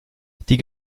die